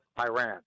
Iran